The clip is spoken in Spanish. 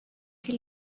que